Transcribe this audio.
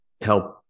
help